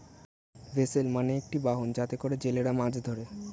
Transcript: vessel মানে একটি বাহন যাতে করে জেলেরা মাছ ধরে